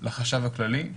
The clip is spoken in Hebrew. לחשב הכללי.